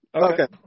Okay